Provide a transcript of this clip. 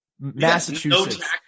Massachusetts